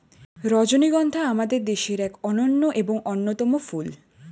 রজনীগন্ধা আমাদের দেশের এক অনন্য এবং অন্যতম ফুল